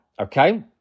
okay